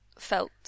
felt